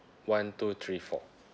one two three four